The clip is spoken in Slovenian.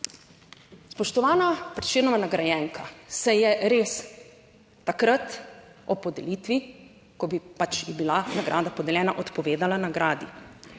Spoštovana Prešernova nagrajenka, se je res takrat ob podelitvi, ko bi pač ji bila nagrada podeljena, odpovedala nagradi.